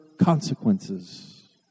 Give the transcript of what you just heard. consequences